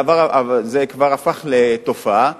זה כבר הפך לתופעה.